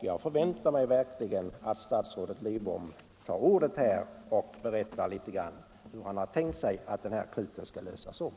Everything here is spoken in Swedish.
Jag förväntar mig verkligen att statsrådet Lidbom begär ordet och berättar litet grand om hur han tänkt sig att den här knuten skall lösas upp.